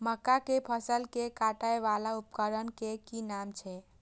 मक्का के फसल कै काटय वाला उपकरण के कि नाम छै?